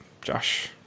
Josh